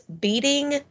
beating